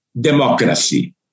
democracy